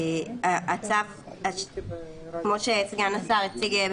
לא פייר שהספקים יקבלו